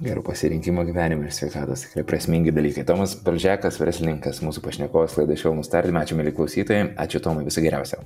gerų pasirinkimų gyvenime ir sveikatos prasmingi dalykai tomas balžekas verslininkas mūsų pašnekovas laida švelnūs tardymai ačiū mieli klausytojai ačiū tomai viso geriausio